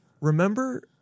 Remember